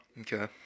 Okay